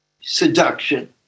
seduction